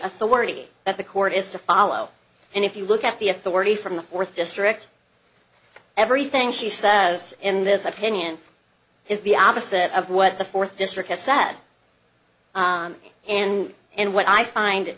authority that the court is to follow and if you look at the authority from the fourth district everything she says in this opinion is the opposite of what the fourth district has said and and what i find it